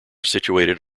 situated